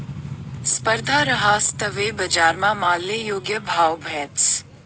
स्पर्धा रहास तवय बजारमा मालले योग्य भाव भेटस